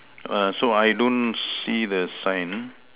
err so I don't see the sign